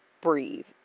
Breathe